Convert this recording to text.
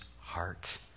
heart